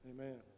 Amen